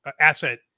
asset